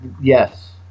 yes